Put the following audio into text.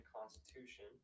constitution